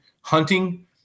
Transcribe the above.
hunting